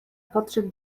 podszedł